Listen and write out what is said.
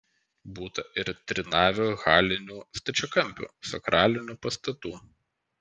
būta ir trinavių halinių stačiakampių sakralinių pastatų